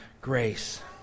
grace